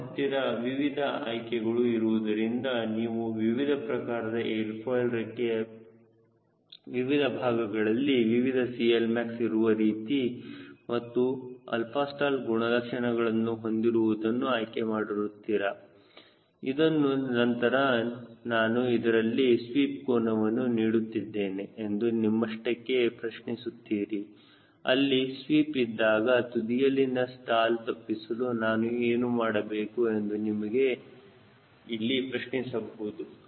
ನಿಮ್ಮ ಹತ್ತಿರ ವಿವಿಧ ಆಯ್ಕೆಗಳು ಇರುವುದರಿಂದ ನೀವು ವಿವಿಧ ಪ್ರಕಾರದ ಏರ್ ಫಾಯ್ಲ್ ರೆಕ್ಕೆಯ ವಿವಿಧ ಭಾಗಗಳಲ್ಲಿ ವಿವಿಧ CLmax ಇರುವ ರೀತಿ ಮತ್ತು 𝛼stall ಗುಣಲಕ್ಷಣಗಳನ್ನು ಹೊಂದಿರುವುದನ್ನು ಆಯ್ಕೆ ಮಾಡುತ್ತೀರಾ ಇದರ ನಂತರ ನಾನು ಇದರಲ್ಲಿ ಸ್ವೀಪ್ ಕೋನವನ್ನು ನೀಡುತ್ತಿದ್ದೇನೆ ಎಂದು ನಿಮ್ಮಷ್ಟಕ್ಕೆ ಪ್ರಶ್ನಿಸುತ್ತೀರಿ ಅಲ್ಲಿ ಸ್ವೀಪ್ ಇದ್ದಾಗ ತುದಿಯಲ್ಲಿನ ಸ್ಟಾಲ್ ತಪ್ಪಿಸಲು ನಾನು ಏನು ಮಾಡಬೇಕು ಎಂದು ನೀವು ನನಗೆ ಇಲ್ಲಿ ಪ್ರಶ್ನಿಸಬಹುದು